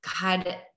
God